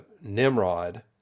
Nimrod